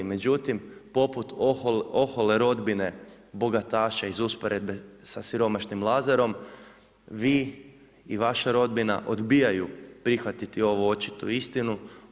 Međutim, poput ohole rodbine bogataša iz usporedbe sa siromašnim Lazarom, vi i vaša rodbina, odbijaju prihvatiti ovu očitu istinu.